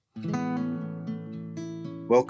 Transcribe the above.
welcome